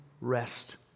rest